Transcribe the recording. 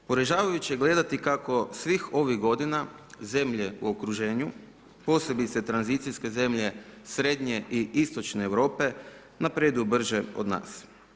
Poražavajuće je gledati kako svih ovih godina zemlje u okruženju, posebice tranzicijske zemlje srednje i istočne Europe napreduju brže od nas.